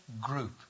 group